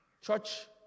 Church